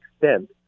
extent